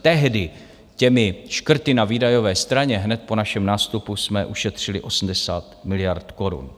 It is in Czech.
Tehdy těmi škrty na výdajové straně hned po našem nástupu jsme ušetřili 80 miliard korun.